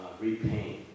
repaint